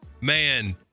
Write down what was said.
Man